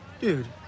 Dude